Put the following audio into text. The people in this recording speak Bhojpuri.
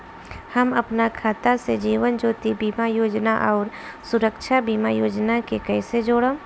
हम अपना खाता से जीवन ज्योति बीमा योजना आउर सुरक्षा बीमा योजना के कैसे जोड़म?